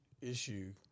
issue